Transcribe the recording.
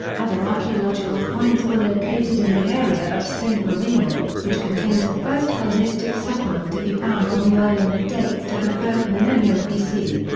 other archaeological finds were located in the area of saint marina, which contained the first hellenistic settlement to be found on the island and dates to the third millennium bc.